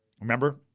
Remember